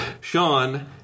Sean